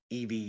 EV